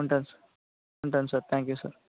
ఉంటాను సార్ ఉంటాను sir thank you sir